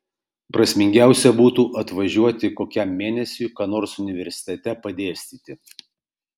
prasmingiausia būtų atvažiuoti kokiam mėnesiui ką nors universitete padėstyti